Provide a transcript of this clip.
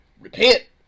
Repent